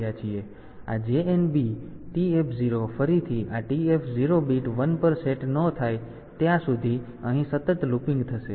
તેથી આ JNB TF0 ફરીથી આ TF 0 બીટ 1 પર સેટ ન થાય ત્યાં સુધી અહીં સતત લૂપિંગ થશે